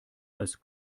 als